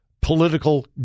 political